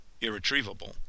irretrievable